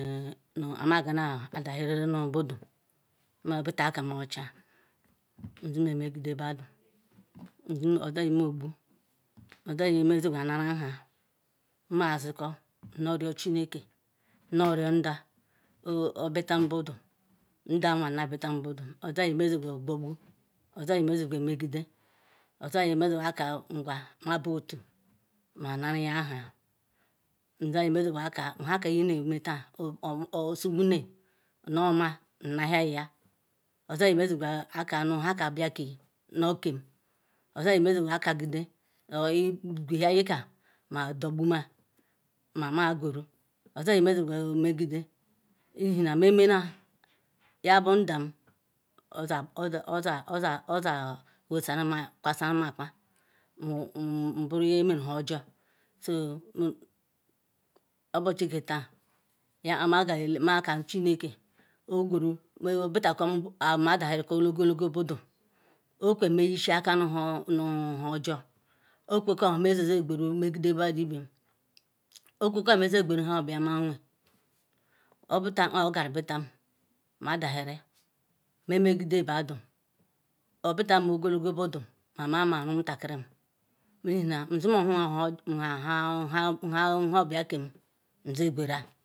Nu-kpamayana adahiri nu-budu, ma bira aka ocha nzunemegide badu oda-nye meyogbu odanye mesuguona ra nha nmaziko nnoru chineke nnoru ndah obita budu ndahwan na obita budu ozanye mezigu ogwugbu oza nye mezi qu omegide oza nye mezigu akaa ngwa mabu otu ma-nnaraya nha oza nye mezigu akaa nhaka ineme taa osukume nu owuma nnaliaya oza-nye mezigu aka nha ka bia keyi nu bu kem oza nye-mezigu akagide gwehia nyaka ma-udogbume ma magweru oza nye mezigu omegide Ihena memena yabu ndah oyewhe samanu akpa nburu nye meru nhuojor so nu obuchi ketaa yekpa makaru chineke yego uru obitakwa ma dahiri ogologo budu, okwa me yesika nu nhuojor ogwa ko me yejiogwuru megide badu ivem ogwoke majigweru nha obia ma wee, obita kpa agaru bita madahiri memegide madu obita ogologo budu ma-ma-ma omutakiri m Ihena izimohuha nu nha bia kem ojiegwera.